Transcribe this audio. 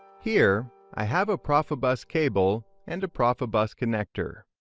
here i have a profibus cable and a profibus connector.